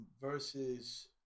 Versus